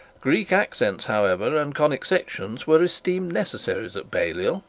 greek accents, however, and conic sections were esteemed necessaries at balliol,